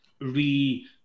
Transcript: re